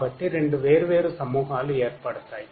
కాబట్టి రెండు వేర్వేరు సమూహాలు ఏర్పడతాయి